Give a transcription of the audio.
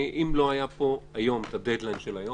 אם לא היה פה היום הדד-ליין של היום,